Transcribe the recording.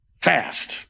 fast